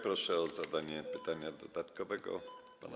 Proszę o zadanie pytania dodatkowego pana